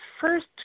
first